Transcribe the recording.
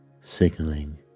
signaling